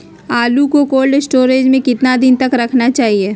आलू को cold store में कितना दिन तक रखना चाहिए?